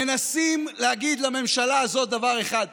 מנסים להגיד לממשלה הזאת דבר אחד: